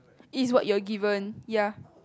is what you're given ya